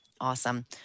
Awesome